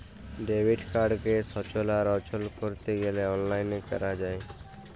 debit কাড়কে সচল আর অচল ক্যরতে গ্যালে অললাইল ক্যরা যায়